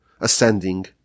ascending